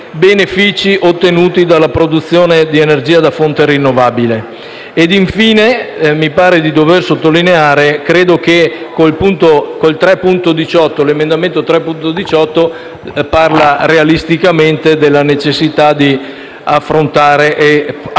benefici ottenuti dalla produzione di energia da fonte rinnovabile. Infine, mi pare di dover sottolineare che l'emendamento 3.18 parla realisticamente della necessità di affrontare e approntare